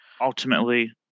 Ultimately